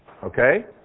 Okay